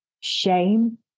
shame